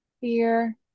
fear